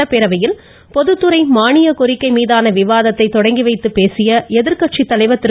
சட்டப்பேரவையில் பொதுத்துறை மானிய கோரிக்கை மீதான விவாதத்தை தொடங்கி வைத்துப் பேசிய எதிர்கட்சி தலைவர் திரு